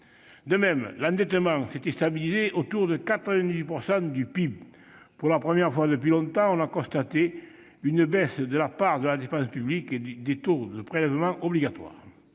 De même, l'endettement s'était stabilisé autour de 98 % du PIB. Pour la première fois depuis longtemps, on a constaté une baisse de la part de la dépense publique et du taux des prélèvements obligatoires.